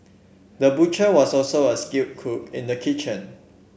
the butcher was also a skill cook in the kitchen